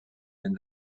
den